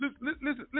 Listen